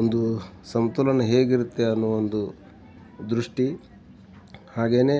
ಒಂದು ಸಂತುಲನ ಹೇಗಿರುತ್ತೆ ಅನ್ನುವ ಒಂದು ದೃಷ್ಟಿ ಹಾಗೇ